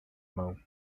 mão